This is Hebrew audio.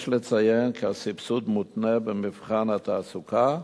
יש לציין כי הסבסוד מותנה במבחן התעסוקה,